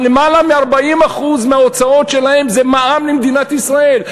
יותר מ-40% מההוצאות שלהם זה מע"מ למדינת ישראל.